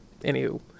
anywho